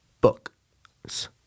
Books